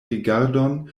rigardon